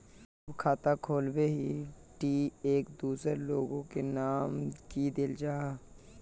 जब खाता खोलबे ही टी एक दोसर लोग के नाम की देल जाए है?